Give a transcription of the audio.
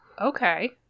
okay